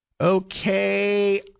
Okay